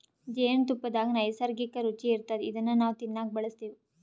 ಜೇನ್ತುಪ್ಪದಾಗ್ ನೈಸರ್ಗಿಕ್ಕ್ ರುಚಿ ಇರ್ತದ್ ಇದನ್ನ್ ನಾವ್ ತಿನ್ನಕ್ ಬಳಸ್ತಿವ್